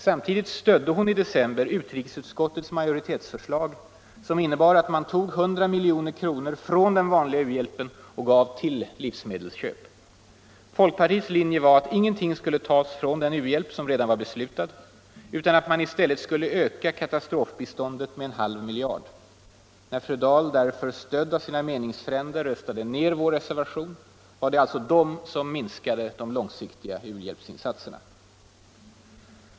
Samtidigt stödde hon i december utrikesutskottets majoritetsförslag, som innebar att man tog 100 miljoner kronor från den vanliga u-hjälpen och gav till livsmedelsköp. Folkpartiets linje var att ingenting skulle tas från den u-hjälp som redan var beslutad utan att man i stället skulle öka katastrofbiståndet med en halv miljard. När fru Dahl därför, stödd av alla sina meningsfränder, röstade ner vår reservation var det alltså de som minskade de långsiktiga u-hjälpsinsatserna.